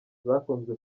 zakunzwe